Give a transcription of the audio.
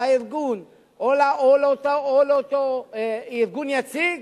לארגון או לאותו ארגון יציג,